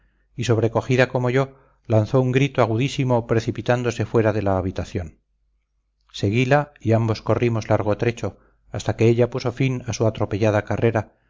y sobrecogida como yo lanzó un grito agudísimo precipitándose fuera de la habitación seguila y ambos corrimos largo trecho hasta que ella puso fin a su atropellada carrera